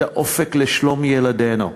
את האופק לשלום ילדינו,